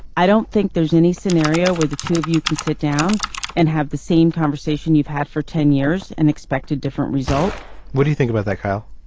i don't think there's any scenario where the two of you can sit down and have the same conversation you've had for ten years and expect a different result what do you think about like how.